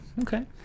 okay